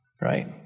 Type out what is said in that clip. right